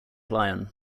lyon